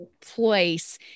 place